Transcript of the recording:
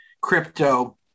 crypto